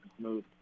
smooth